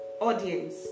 audience